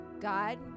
God